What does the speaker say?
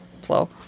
slow